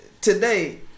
today